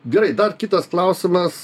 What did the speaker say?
gerai dar kitas klausimas